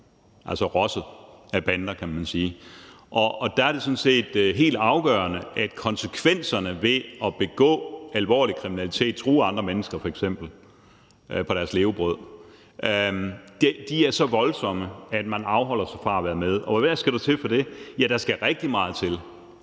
altså rosset af bander, kan man sige. Og der er det sådan set helt afgørende, at konsekvenserne ved at begå alvorlig kriminalitet, f.eks. true andre mennesker på deres levebrød, er så voldsomme, at man afholder sig fra at være med. Og hvad skal der til for det? Ja, der skal rigtig meget til.